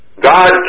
God